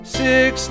six